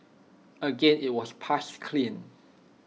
again IT was passed clean